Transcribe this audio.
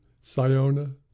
Siona